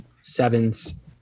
sevens